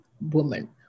woman